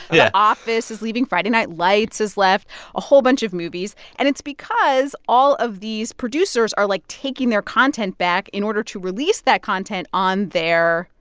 yeah office is leaving. friday night lights has left a whole bunch of movies. and it's because all of these producers are, like, taking their content back in order to release that content on their.